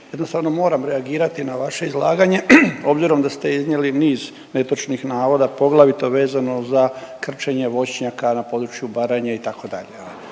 Jednostavno moram reagirati na vaše izlaganje obzirom da ste iznijeli niz netočnih navoda, poglavito vezano za krčenje voćnjaka na području Baranje, itd.